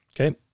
Okay